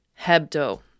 Hebdo